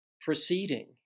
proceeding